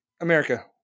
America